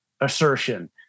assertion